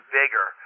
bigger